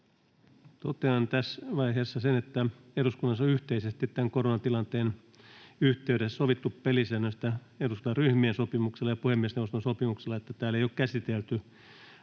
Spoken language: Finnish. Totean tässä vaiheessa sen, että eduskunnassa on yhteisesti tämän koronatilanteen yhteydessä sovittu pelisäännöistä eduskuntaryhmien sopimuksella ja puhemiesneuvoston sopimuksella, siitä, että täällä ei ole käsitelty